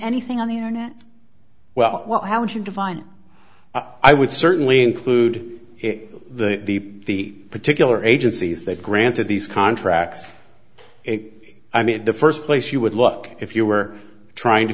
anything on the internet well how would you define i would certainly include it the the particular agencies that granted these contracts i mean the first place you would look if you were trying to